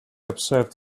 observed